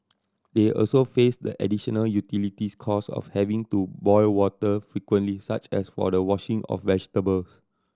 they also faced the additional utilities cost of having to boil water frequently such as for the washing of vegetable